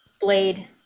blade